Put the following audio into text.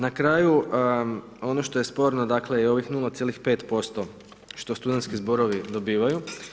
Na kraju ono što je sporno, dakle je ovih 0,5% što studentski zborovi dobivaju.